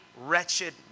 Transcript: wretched